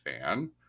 fan